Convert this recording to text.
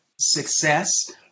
success